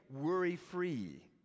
worry-free